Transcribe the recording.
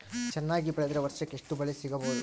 ಚೆನ್ನಾಗಿ ಬೆಳೆದ್ರೆ ವರ್ಷಕ ಎಷ್ಟು ಬೆಳೆ ಸಿಗಬಹುದು?